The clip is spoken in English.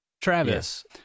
Travis